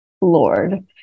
Lord